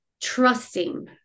trusting